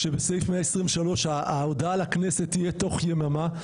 שבסעיף 123 ההודעה לכנסת תהיה תוך יממה.